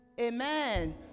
Amen